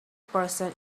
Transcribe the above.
person